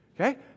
okay